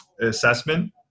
assessment